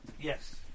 Yes